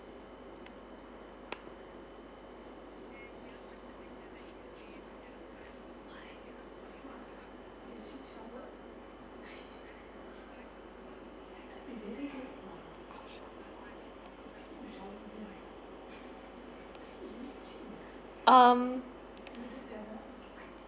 um